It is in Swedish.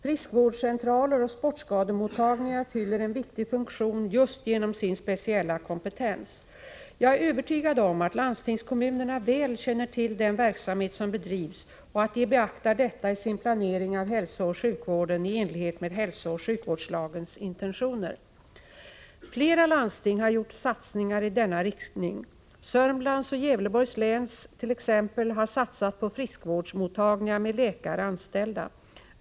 Friskvårdscentraler och sportskademottagningar fyller en viktig funktion just genom sin speciella kompetens. Jag är övertygad om att landstingskommunerna väl känner till den verksamhet som bedrivs och att de beaktar detta i sin planering av hälsooch sjukvården i enlighet med hälsooch sjukvårdslagens intentioner. Flera landsting har gjort satsningar i denna riktning. Sörmlands och Gävleborgs läns landsting t.ex. har satsat på friskvårdsmottagningar med läkare anställda.